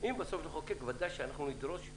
בסוף נחוקק, ודאי שנדרוש הבחנה,